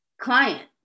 Client